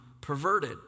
perverted